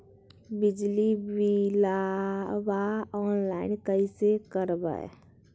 बिजली बिलाबा ऑनलाइन कैसे करबै?